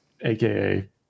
AKA